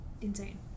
insane